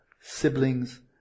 siblings